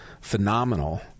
phenomenal